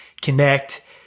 connect